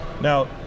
Now